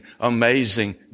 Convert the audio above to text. amazing